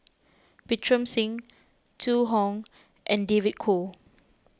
Pritam Singh Zhu Hong and David Kwo